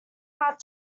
hard